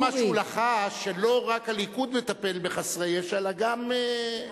כל מה שהוא לחש הוא שלא רק הליכוד מטפל בחסרי ישע אלא גם מפלגות אחרות.